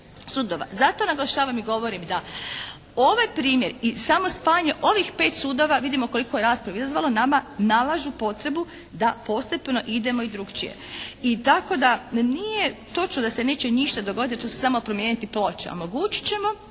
Zato naglašavam i govorim da ovaj primjer i samo spajanje ovih pet sudova vidimo koliko je rasprave izazvalo nama nalažu potrebu da postepeno idemo i drukčije, i tako da nije točno da se neće ništa dogoditi, da će se samo promijeniti ploča.